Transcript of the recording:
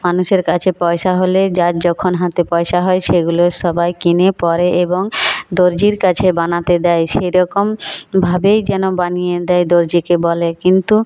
মানুষের কাছে পয়সা হলে যার যখন হাতে পয়সা হয় সেগুলো সবাই কিনে পরে এবং দর্জির কাছে বানাতে দেয় সেই রকম ভাবেই যেন বানিয়ে দেয় দর্জিকে বলে কিন্তু